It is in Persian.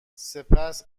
سپس